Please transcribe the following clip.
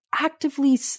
actively